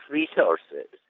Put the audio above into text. resources